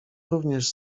również